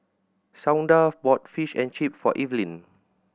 Shawnda bought Fish and Chips for Evelyn